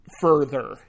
further